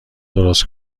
درست